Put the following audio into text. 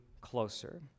closer